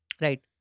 Right